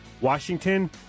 Washington